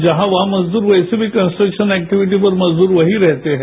जहां वहां मजदूर वैसे भी कन्सट्रक्शन एक्टिविटीज पर मजदूर वहीं रहते हैं